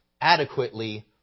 adequately